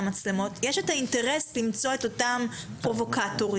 מצלמות יש את האינטרס למצוא את אותם פרובוקטורים,